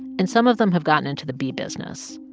and some of them have gotten into the bee business.